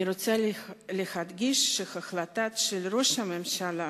אני רוצה להדגיש שהחלטת ראש הממשלה